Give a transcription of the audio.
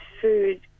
food